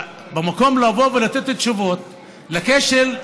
במקום לבוא ולתת תשובות לכשלים